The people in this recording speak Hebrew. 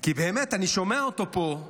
כי באמת, אני שומע אותו פה.